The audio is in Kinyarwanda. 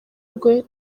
rwe